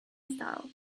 style